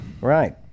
Right